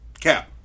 Cap